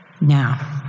Now